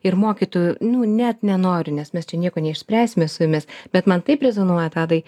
ir mokytojų nu net nenoriu nes mes čia nieko neišspręsime su jumis bet man taip rezonuoja tadai